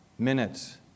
Minutes